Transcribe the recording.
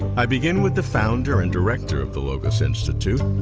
i begin with the founder and director of the logos institute,